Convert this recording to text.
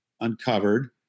uncovered